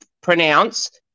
pronounce